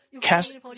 cast